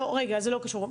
לא, רגע, זה לא קשור.